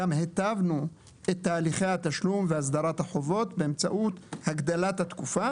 גם היטבנו את תהליכי התשלום והסדרת החובות באמצעות הגדלת התקופה